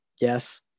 Yes